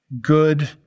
good